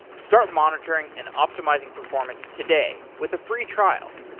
start monitoring and optimizing performance today with the free trial.